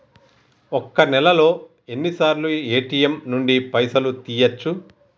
ఒక్క నెలలో ఎన్నిసార్లు ఏ.టి.ఎమ్ నుండి పైసలు తీయచ్చు?